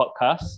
podcast